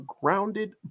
grounded